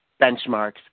benchmarks